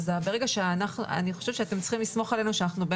אני חושבת שאתם צריכים לסמוך עלינו שכל